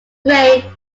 gray